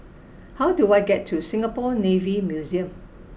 how do I get to Singapore Navy Museum